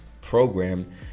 program